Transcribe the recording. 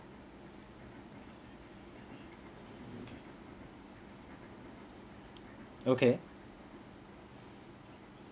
okay